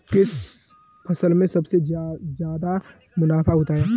किस फसल में सबसे जादा मुनाफा होता है?